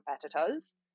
competitors